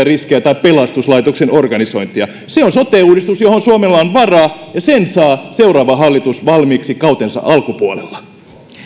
riskejä tai pelastuslaitoksen organisointia se on sote uudistus johon suomella on varaa ja sen saa seuraava hallitus valmiiksi kautensa alkupuolella